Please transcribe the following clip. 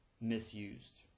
misused